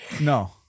No